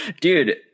dude